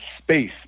space